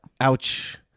Ouch